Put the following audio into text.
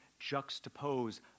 juxtapose